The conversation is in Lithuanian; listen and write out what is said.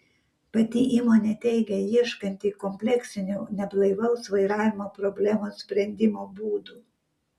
pati įmonė teigia ieškanti kompleksinių neblaivaus vairavimo problemos sprendimo būdų